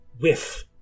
whiff